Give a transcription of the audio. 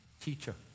Teacher